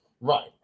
Right